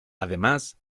además